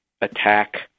attack